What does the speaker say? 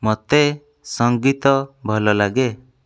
ମୋତେ ସଙ୍ଗୀତ ଭଲଲାଗେ